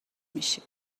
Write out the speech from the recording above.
میشی